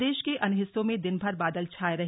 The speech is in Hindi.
प्रदेश के अन्य हिस्सों में दिनभर बादल छाये रहे